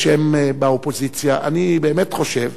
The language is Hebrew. שהם באופוזיציה, אני באמת חושב